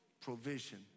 Provision